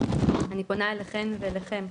אני פונה אליכן ואליכם,